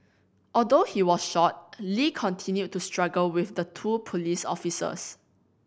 although he was shot Lee continued to struggle with the two police officers